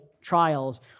trials